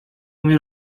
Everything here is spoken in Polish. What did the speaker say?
umie